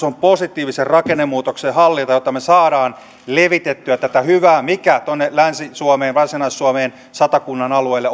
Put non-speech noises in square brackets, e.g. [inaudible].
[unintelligible] on positiivisen rakennemuutoksen hallinta jotta me saamme levitettyä muualle suomeen tätä hyvää mikä on tullut länsi suomeen ja varsinais suomeen satakunnan alueelle [unintelligible]